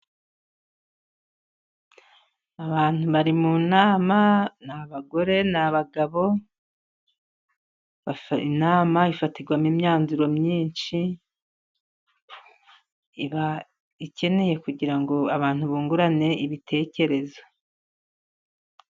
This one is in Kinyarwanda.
Abantu bari mu nama ni abagore, ni abagabo. Inama ifatirwamo imyanzuro myinshi, iba ikenewe kugira ngo abantu bungurane ibitekerezo.